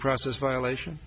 process violation